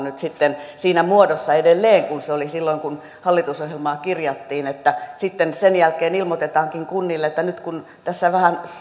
nyt sitten siinä muodossa edelleen kuin se oli silloin kun hallitusohjelmaan kirjattiin että ei sitten sen jälkeen ilmoitetakin kunnille että nyt kun tässä vähän